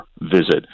visit